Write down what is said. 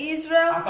Israel